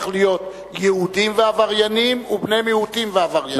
צריך להיות "יהודים ועבריינים" ו"בני מיעוטים ועבריינים".